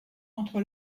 entre